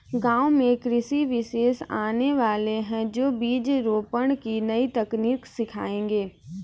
गांव में कृषि विशेषज्ञ आने वाले है, जो बीज रोपण की नई तकनीक सिखाएंगे